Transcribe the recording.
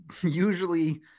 usually